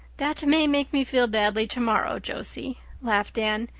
that may make me feel badly tomorrow, josie laughed anne,